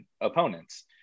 opponents